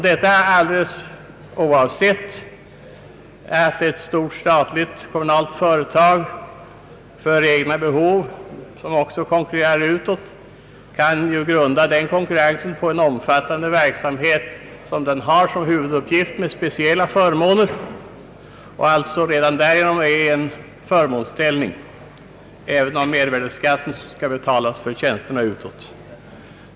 Detta alltså oavsett att ett stort statligt-kommunalt företag, som också konkurrerar utåt, kan grunda sin konkurrens på en omfattande verksamhet för egna behov — en verksamhet som är dess huvuduppgift — med speciella förmåner och alltså redan därigenom är i en förmånsställning, även om mervärdeskatt skall betalas för tjänsterna utåt.